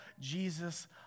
Jesus